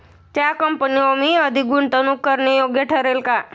त्या कंपनीवर मी अधिक गुंतवणूक करणे योग्य ठरेल का?